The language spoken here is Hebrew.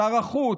שר החוץ,